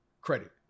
credit